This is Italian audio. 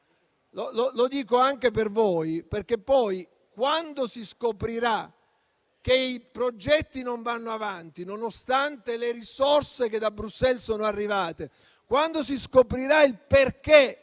Lo dico anche per voi, perché, quando si scoprirà che i progetti non vanno avanti nonostante le risorse arrivate da Bruxelles, quando si scoprirà perché